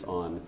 on